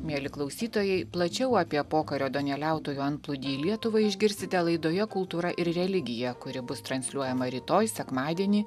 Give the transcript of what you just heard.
mieli klausytojai plačiau apie pokario duoneliautojų antplūdį į lietuvą išgirsite laidoje kultūra ir religija kuri bus transliuojama rytoj sekmadienį